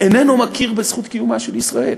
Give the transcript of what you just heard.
איננו מכיר בזכות קיומה של ישראל.